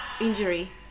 injury